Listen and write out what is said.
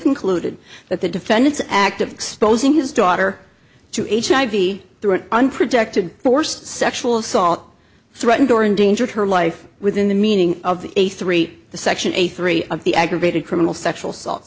concluded that the defendant's act of exposing his daughter to hiv through an unprotected forced sexual assault threatened or endangered her life within the meaning of the a three the section eighty three of the aggravated criminal sexual assault